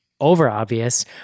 over-obvious